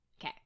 Okay